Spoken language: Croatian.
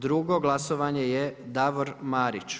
Drugo glasovanje je Davor Marić.